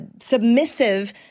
submissive